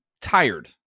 tired